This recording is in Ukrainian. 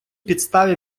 підставі